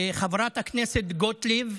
חברת הכנסת גוטליב.